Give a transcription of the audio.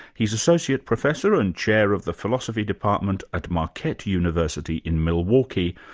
he's associate professor and chair of the philosophy department at marquette university in milwaukee,